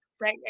Right